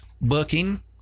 booking